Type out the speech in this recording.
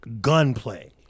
Gunplay